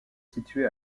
situé